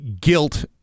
guilt